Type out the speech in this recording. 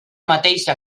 mateixa